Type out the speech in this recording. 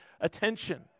attention